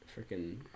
freaking